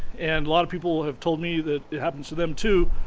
and a lot of people have told me that it happens to them too.